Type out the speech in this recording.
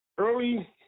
Early